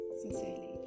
sincerely